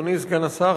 אדוני סגן השר,